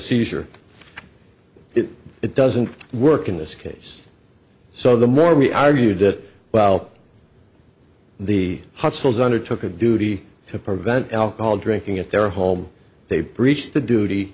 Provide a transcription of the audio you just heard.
seizure it doesn't work in this case so the more we argued that well the hospital's under took a duty to prevent alcohol drinking at their home they breached the duty